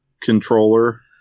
controller